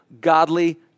godly